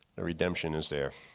the redemption is there.